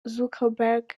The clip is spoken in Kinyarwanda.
zuckerberg